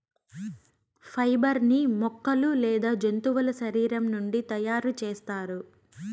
fibre ని మొక్కలు లేదా జంతువుల శరీరం నుండి తయారు చేస్తారు